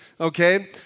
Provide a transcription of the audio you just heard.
Okay